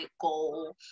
goal